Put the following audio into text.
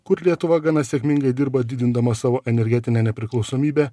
kur lietuva gana sėkmingai dirba didindama savo energetinę nepriklausomybę